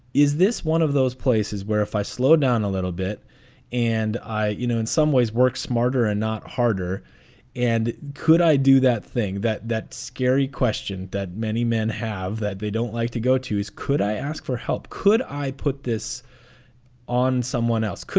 is this one of those places where if i slow down a little bit and i, you know, in some ways work smarter and not harder and could i do that thing that that scary question that many men have that they don't like to go to is could i ask for help? could i put this on someone else?